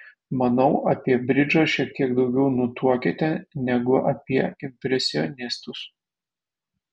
manau apie bridžą šiek tiek daugiau nutuokiate negu apie impresionistus